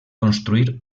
construir